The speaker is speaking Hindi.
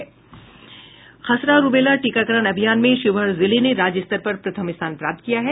खसरा रूबेला टीकाकरण अभियान में शिवहर जिले ने राज्य स्तर पर प्रथम स्थान प्राप्त किया है